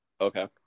Okay